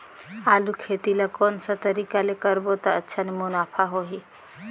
आलू खेती ला कोन सा तरीका ले करबो त अच्छा मुनाफा होही?